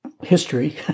history